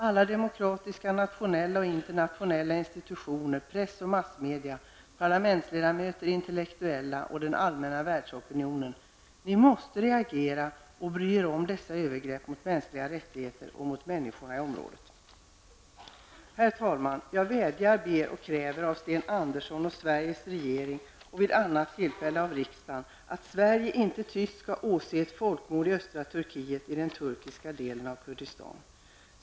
Alla demokratiska, nationella och internationella institutioner, press och massmedia, parlamentsledamöter, intellektuella och den allmänna världsopinionen, ni måste agera och bry er om dessa övergrepp mot mänskliga rättigheter och mot människorna i området. Herr talman! Jag vädjar, ber och kräver av Sten Andersson och Sveriges regering och vid annat tillfälle av riksdagen, att Sverige inte tyst skall åse ett folkmord i östra Turkiet, i den turkiska delen av Kurdistan.